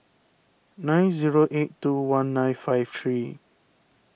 nine zero eight two one nine five three